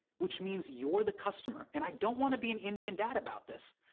which means you're the customer. and i don't want to be an indian dad about this,